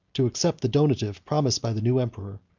to accept the donative promised by the new emperor,